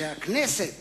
שהכנסת